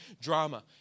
drama